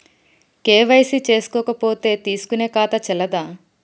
KYC చేసుకోకపోతే తీసుకునే ఖాతా చెల్లదా?